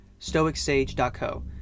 stoicsage.co